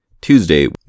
Tuesday